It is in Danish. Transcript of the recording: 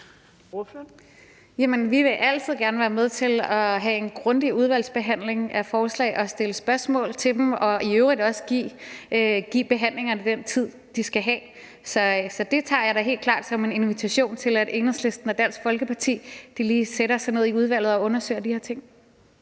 Vi vil altid gerne være med til at have en grundig udvalgsbehandling af forslag og stille spørgsmål til dem og i øvrigt også give behandlingerne den tid, de skal have. Så det tager jeg da helt klart som en invitation til, at Enhedslisten og Dansk Folkeparti lige sætter sig ned i udvalget og undersøger de her ting.